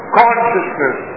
consciousness